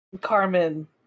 Carmen